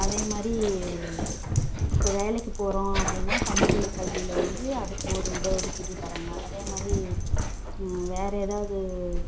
அதே மாதிரி இப்போ வேலைக்கு போகிறோம் அப்படின்னா தமிழ் வழி கல்வியில் வந்து அதுக்கு ஒரு இட ஒதுக்கீடு தராங்க அதே மாதிரி வேறு ஏதாவது